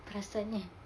perasannya